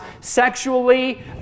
sexually